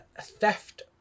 Theft